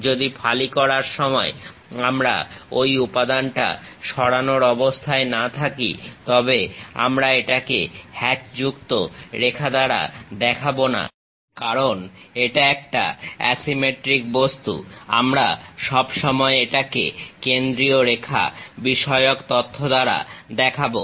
যদি ফালি করার সময় আমরা ঐ উপাদানটা সরানোর অবস্থায় না থাকি তবে আমরা এটাকে হ্যাচযুক্ত রেখা দ্বারা দেখাবো না কারণ এটা একটা অ্যাসিমেট্রিক বস্তু আমরা সব সময় এটাকে কেন্দ্রীয় রেখা বিষয়ক তথ্য দ্বারা দেখাবো